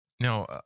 Now